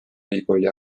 ülikooli